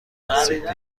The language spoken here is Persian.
نزدیک